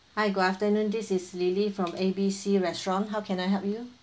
hi good afternoon this is lilly from A B C restaurant how can I help you